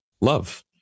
love